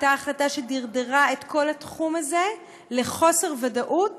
הייתה החלטה שדרדרה את כל התחום הזה לחוסר ודאות